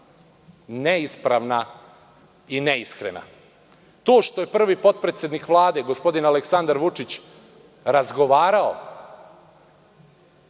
neispravna i neiskrena. To što je prvi potpredsednik Vlade gospodin Aleksandar Vučić razgovarao